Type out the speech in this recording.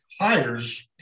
hires